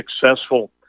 successful